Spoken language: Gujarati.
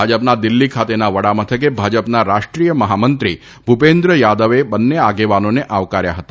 ભાજપના દિલ્હી ખાતેના વડામથકે ભાજપના રાષ્ટ્રીય મહામંત્રી ભૂપેન્દ્ર યાદવે બંને આગેવાનોને આવકાર્યા હતા